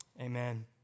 amen